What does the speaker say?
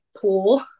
pool